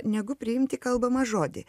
negu priimti kalbamą žodį